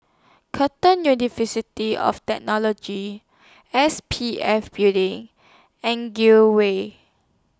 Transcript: Curtin University of Technology S P F Building and Gul Way